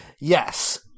Yes